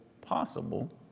possible